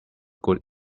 good